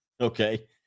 okay